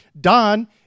Don